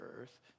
earth